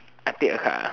I pick a card ah